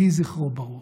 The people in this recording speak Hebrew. יהי זכרו ברוך.